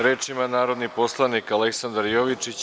Reč ima narodni poslanik Aleksandar Jovičić.